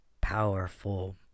powerful